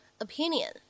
opinion